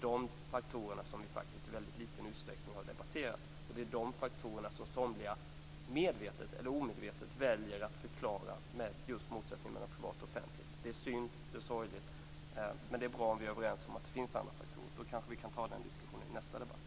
De faktorerna har vi debatterat i liten utsträckning, och det är de faktorerna som somliga, medvetet eller omedvetet, väljer att förklara just med motsättningen mellan privat och offentligt. Det är synd och det är sorgligt, men det är bra om vi är överens om att det finns andra faktorer. Då kanske vi kan ta den diskussionen i nästa debatt.